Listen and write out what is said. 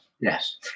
Yes